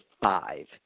five